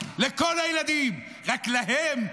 לכל הילדים, רק להם,